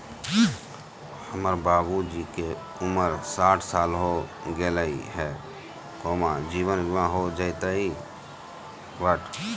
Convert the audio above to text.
हमर बाबूजी के उमर साठ साल हो गैलई ह, जीवन बीमा हो जैतई?